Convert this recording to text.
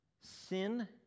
Sin